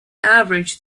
average